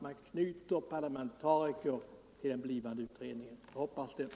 Min fråga är alltså om utskottets talesman vill bekräfta detta.